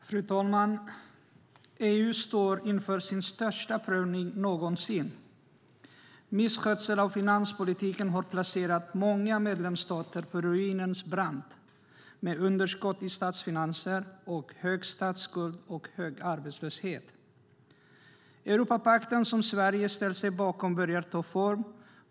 Fru talman! EU står inför sin största prövning någonsin. Misskötsel av finanspolitiken har placerat många medlemsstater på ruinens brant, i ett läge med underskott i statsfinanser, hög statsskuld och hög arbetslöshet. Den Europapakt som Sverige ställt sig bakom börjar ta form.